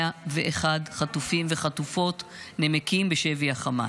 101 חטופים וחטופות נמקים בשבי החמאס.